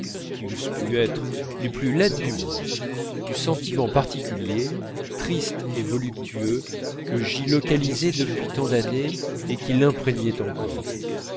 qui eussent pu être les plus laides du monde du sentiment particulier triste et voluptueux que j'y localisais depuis tant d'années et qui l'imprégnait encore